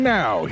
now